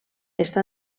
està